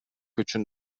үчүн